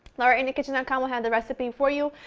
laurainthekitchen dot com will have the recipe for you.